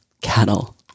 cattle